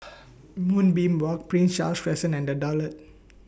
Moonbeam Walk Prince Charles Crescent and The Daulat